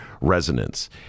resonance